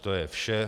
To je vše.